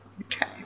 Okay